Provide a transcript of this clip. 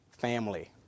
family